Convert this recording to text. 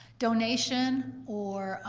donation or,